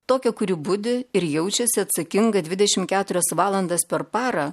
tokią kuri budi ir jaučiasi atsakinga dvidešim keturias valandas per parą